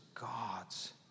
God's